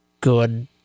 good